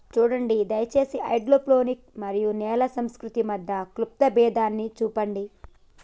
సూడండి దయచేసి హైడ్రోపోనిక్స్ మరియు నేల సంస్కృతి మధ్య క్లుప్త భేదాన్ని సూపండి